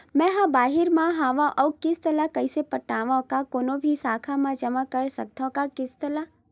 मैं हा बाहिर मा हाव आऊ किस्त ला कइसे पटावव, का कोनो भी शाखा मा जमा कर सकथव का किस्त ला?